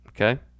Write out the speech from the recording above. Okay